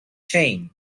chain